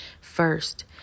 first